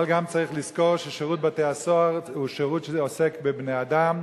אבל גם צריך לזכור ששירות בתי-הסוהר הוא שירות שעוסק בבני-אדם,